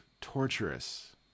torturous